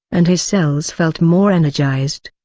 and his cells felt more energized.